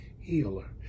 healer